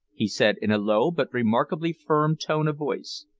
he said, in a low but remarkably firm tone of voice,